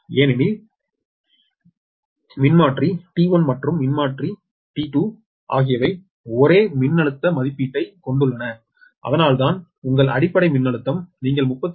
ஏனெனில் மின்மாற்றி T1 மற்றும் மின்மாற்றி T2 ஆகியவை ஒரே மின்னழுத்த மதிப்பீட்டைக் கொண்டுள்ளன அதனால்தான் உங்கள் அடிப்படை மின்னழுத்தம் நீங்கள் 33 KV